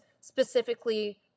specifically